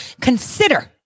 consider